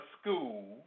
school